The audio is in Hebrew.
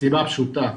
מהסיבה הפשוטה,